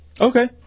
Okay